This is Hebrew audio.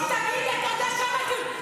תגיד לי, אתה יודע כמה דיונים?